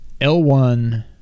L1